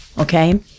okay